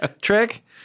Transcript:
trick